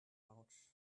pouch